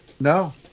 no